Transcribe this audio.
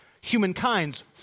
Humankind's